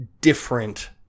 different